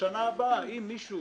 שבשנה הבאה, אם מישהו